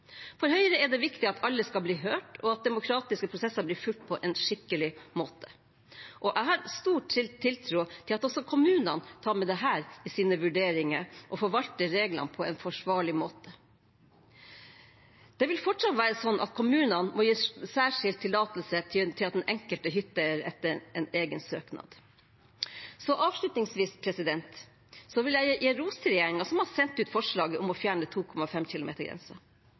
For Høyre er det viktig at alle skal bli hørt og at demokratiske prosesser blir fulgt på en skikkelig måte. Jeg har stor tiltro til at også kommunene tar med dette i sine vurderinger og forvalter reglene på en forsvarlig måte. Det vil fortsatt være sånn at kommunene må gi særskilt tillatelse til den enkelte hytteeier etter en egen søknad. Avslutningsvis vil jeg gi ros til regjeringen som har sendt ut forslaget om å fjerne grensen på 2,5 km.